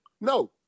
No